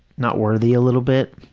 not worthy a little bit.